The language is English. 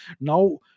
Now